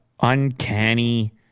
Uncanny